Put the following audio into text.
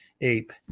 ape